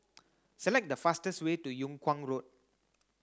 select the fastest way to Yung Kuang Road